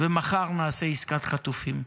ומחר נעשה עסקת חטופים.